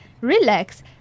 relax